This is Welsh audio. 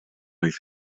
oedd